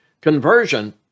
Conversion